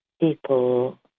people